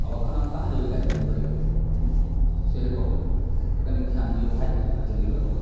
आब एखन हम कहाँ जेबै गाड़ी ढूँढऽ यौ सएह कहू तऽ कनि धिआन दिऔ भाइ आओर जल्दी करबाउ